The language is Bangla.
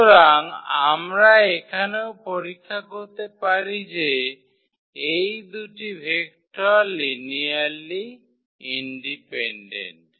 সুতরাং আমরা এখানেও পরীক্ষা করতে পারি যে এই দুটি ভেক্টর লিনিয়ারলি ইন্ডিপেন্ডেন্ট